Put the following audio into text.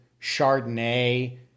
Chardonnay